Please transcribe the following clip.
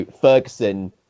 Ferguson